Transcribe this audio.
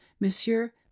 monsieur